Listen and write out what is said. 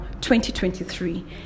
2023